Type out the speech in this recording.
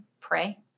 pray